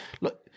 look